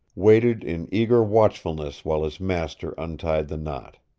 waited in eager watchfulness while his master untied the knot.